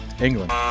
England